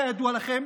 כידוע לכם,